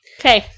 okay